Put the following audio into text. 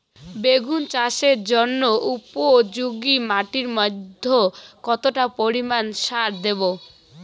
বেগুন চাষের জন্য উপযোগী মাটির মধ্যে কতটা পরিমান সার দেব?